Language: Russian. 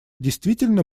действительно